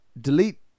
delete